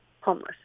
homeless